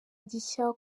gishya